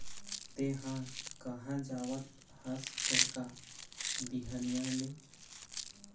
तेंहा कहाँ जावत हस छेरका, बिहनिया ले?